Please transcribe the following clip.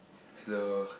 the